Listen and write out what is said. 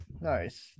Nice